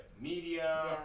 media